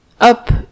up